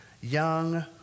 young